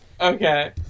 Okay